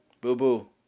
boo-boo